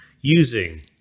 using